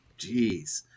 Jeez